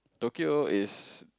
Tokyo is